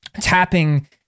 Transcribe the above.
tapping